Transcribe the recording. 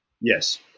yes